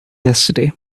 yesterday